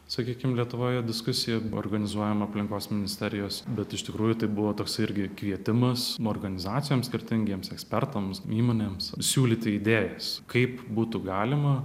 sakykim lietuvoje diskusija organizuojama aplinkos ministerijos bet iš tikrųjų tai buvo toks irgi kvietimas organizacijoms skirtingiems ekspertams įmonėms siūlyti idėjas kaip būtų galima